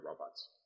robots